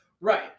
Right